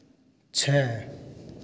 छः